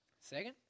Second